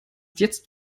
jetzt